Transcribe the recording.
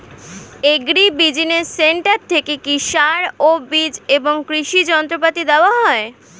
Agri business centre থেকে কি সার ও বিজ এবং কৃষি যন্ত্র পাতি দেওয়া হয়?